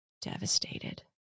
devastated